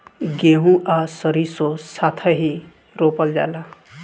गेंहू आ सरीसों साथेही रोपल जाला